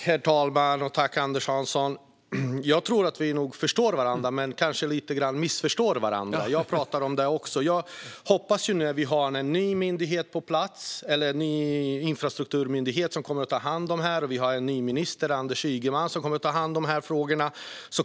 Herr talman! Tack, Anders Hansson! Jag tror att vi förstår varandra men kanske ändå missförstår varandra lite grann. Jag pratar också om detta. Den nya infrastrukturmyndigheten kommer att ta hand om det här, och den nya ministern Anders Ygeman kommer att ta hand om de här frågorna.